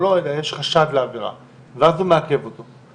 לא אלא יש חשד לעבירה ואז הוא מעכב אותו.